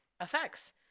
effects